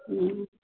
ہوں